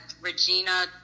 Regina